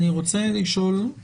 אני רוצה לשאול את